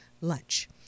lunch